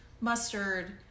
mustard